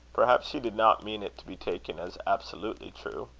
perhaps she did not mean it to be taken as absolutely true.